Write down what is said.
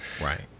right